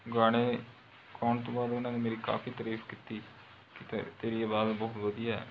ਗਾਣੇ ਗਾਉਣ ਤੋਂ ਬਾਅਦ ਉਹਨਾਂ ਨੇ ਮੇਰੀ ਕਾਫ਼ੀ ਤਾਰੀਫ਼ ਕੀਤੀ ਕਿ ਤ ਤੇਰੀ ਆਵਾਜ਼ ਬਹੁਤ ਵਧੀਆ ਹੈ